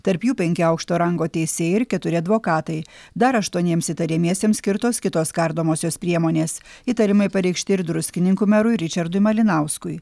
tarp jų penki aukšto rango teisėjai ir keturi advokatai dar aštuoniems įtariamiesiems skirtos kitos kardomosios priemonės įtarimai pareikšti ir druskininkų merui ričardui malinauskui